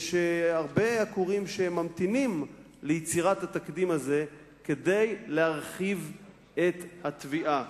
יש הרבה עקורים שממתינים ליצירת התקדים הזה כדי להרחיב את התביעה.